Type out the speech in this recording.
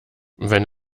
wenn